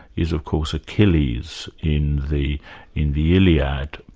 is of course achilles in the in the iliad,